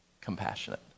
compassionate